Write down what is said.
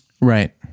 Right